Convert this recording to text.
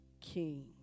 King